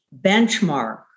benchmark